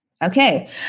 Okay